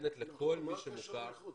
שניתנת לכל מי שמוכר --- מה הקשר לנכות?